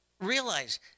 realize